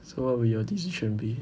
so what would your decision be